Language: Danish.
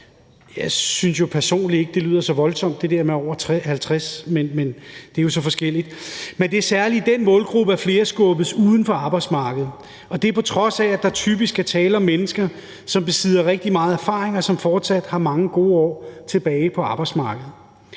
Jeg synes personligt ikke, at det der med over 50 år lyder så voldsomt, men det er jo så forskelligt. Men det er særlig i den målgruppe, at flere skubbes uden for arbejdsmarkedet, og det er på trods af, at der typisk er tale om mennesker, som besidder rigtig meget erfaring, og som fortsat har mange gode år tilbage på arbejdsmarkedet.